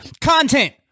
content